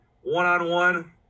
One-on-one